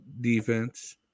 defense